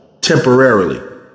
temporarily